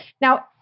Now